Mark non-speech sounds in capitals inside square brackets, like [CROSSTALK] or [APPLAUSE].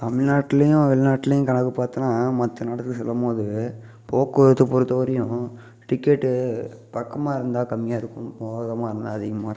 தமிழ்நாட்டிலையும் வெளிநாட்டிலையும் கணக்கு பார்த்தோன்னா மற்ற நாட்டுக்கு செல்லும்போது போக்குவரத்து பொறுத்த வரையும் டிக்கெட்டு பக்கமாக இருந்தால் கம்மியாக இருக்கும் [UNINTELLIGIBLE] இருந்தால் அதிகமாக இருக்கும்